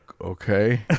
Okay